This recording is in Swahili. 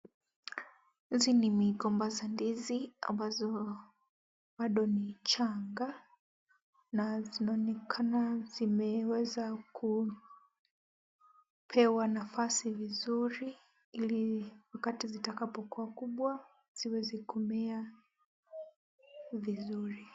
Hizi ni migomba za ndizi ambazo bado ni changa na zinaonekana zimeweza kupewa nafasi zuri ili zipate zitakapokuwa kubwa ziweze kumea vizuri.